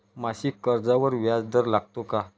मासिक कर्जावर व्याज दर लागतो का?